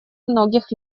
многих